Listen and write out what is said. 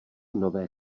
nové